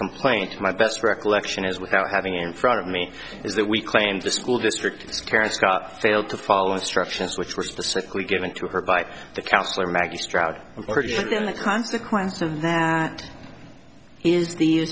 complaint my best recollection is without having in front of me is that we claimed the school district parents got failed to follow instructions which were specifically given to her by the counselor maggie stroud in the consequence of that is the